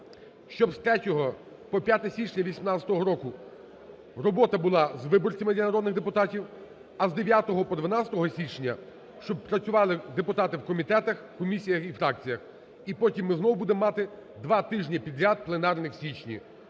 щоб з 3 по 5 січня 2018 року робота була з виборцями для народних депутатів, а з 9 по 12 січня щоб працювали депутати у комітетах, комісіях та фракціях, і потім ми знову будемо мати два тижні підряд пленарних у січні.